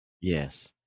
Yes